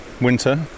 winter